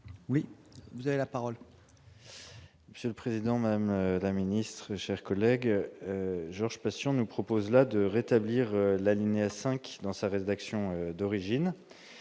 oui, vous avez la parole. Monsieur le Président, Madame la Ministre, chers collègues, Georges Patient nous propose là de rétablir la ligne 5 dans sa rédaction d'origine